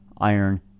iron